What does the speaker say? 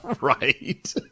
Right